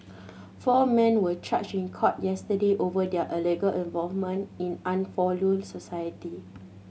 four men were charged in court yesterday over their alleged involvement in unlawful society